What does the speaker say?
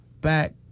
back